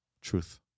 Truth